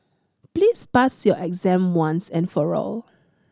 please pass your exam once and for all